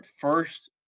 first